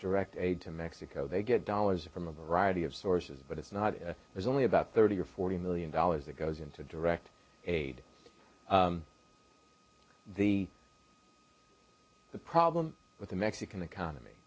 direct aid to mexico they get dollars from a variety of sources but it's not there's only about thirty or forty million dollars it goes into direct aid the problem with the mexican economy